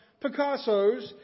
Picassos